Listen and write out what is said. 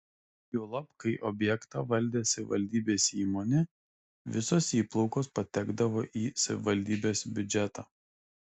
juolab kai objektą valdė savivaldybės įmonė visos įplaukos patekdavo į savivaldybės biudžetą